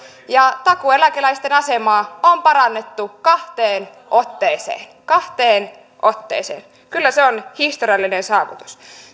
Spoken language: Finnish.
takuueläkeläisten asemaa on parannettu kahteen otteeseen kahteen otteeseen kyllä se on historiallinen saavutus